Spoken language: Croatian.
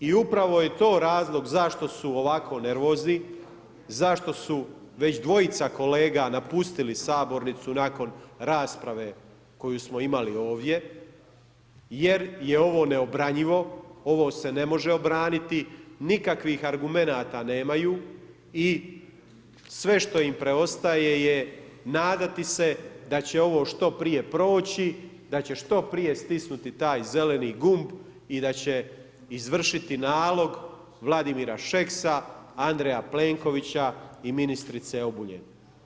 I upravo je to razlog zašto su ovako nervozni, zašto su već dvojica kolega napustila sabornicu nakon rasprave koju smo imali ovdje jer je ovo neobranjivo, ovo se ne može obraniti, nikakvih argumenata nemaju i sve što im preostaje je nadati se da će ovo što prije proći, da će što prije stisnuti taj zeleni gumb i da će izvršiti nalog Vladimira Šeksa, Andreja Plenkovića i ministrice Obuljen.